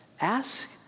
Ask